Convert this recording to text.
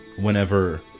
whenever